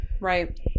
Right